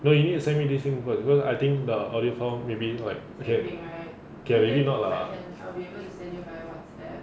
you know you need to send me this thing because I think the only for maybe like okay already get really not lah